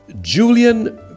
Julian